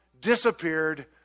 disappeared